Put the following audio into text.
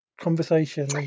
conversation